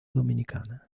dominicana